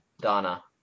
Donna